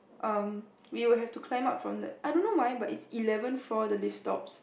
um we would have to climb up from the I don't know why but is eleven floor the lift stops